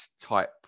type